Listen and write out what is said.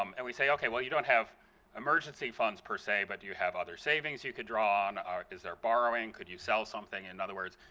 um and we say, okay, well you don't have emergency funds per se but do you have other savings you could draw on? is there borrowing? could you sell something? in other words,